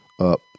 up